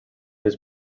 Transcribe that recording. his